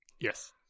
yes